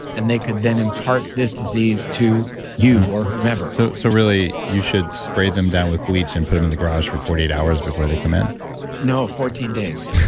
and they could then impart this disease to you or whomever so so really, you should spray them down with bleach and put them in the garage for forty eight hours before they come in no, fourteen days